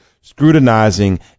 scrutinizing